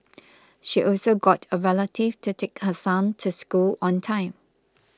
she also got a relative to take her son to school on time